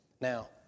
Now